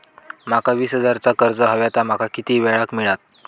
माका वीस हजार चा कर्ज हव्या ता माका किती वेळा क मिळात?